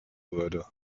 würde